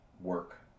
work